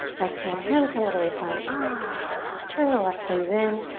exhale. hands come to the waistline. ah turn the left toes in.